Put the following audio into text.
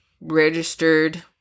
registered